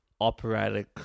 operatic